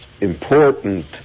important